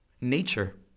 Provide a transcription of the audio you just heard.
nature